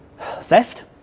theft